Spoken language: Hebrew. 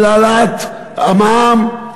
של העלאת המע"מ,